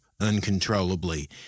uncontrollably